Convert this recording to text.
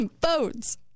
boats